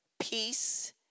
Peace